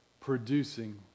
producing